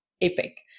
epic